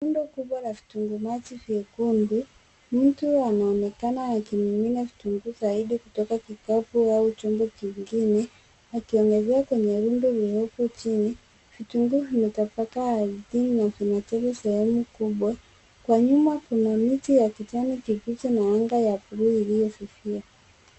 Lundo kubwa la vitunguu maji vyekundu. Mtu anaonekana akimimina vitunguu zaidi kutoka kikapu au chombo kingine, akiongezea kwenye lundo ulioko chini. Vitunguu vimetapakaa ardhini na vinajaza sehemu kubwa. Kwa nyuma, Kuna miti ya kijani kibichi na anga ya bluu iliyofifia.